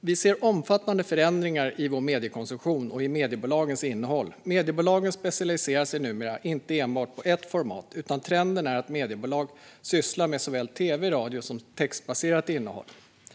Vi ser omfattande förändringar i vår mediekonsumtion och i mediebolagens innehåll. Mediebolagen specialiserar sig numera inte enbart på ett enda format, utan trenden är att mediebolag sysslar med såväl tv som radio och textbaserarat innehåll.